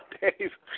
Dave